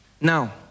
Now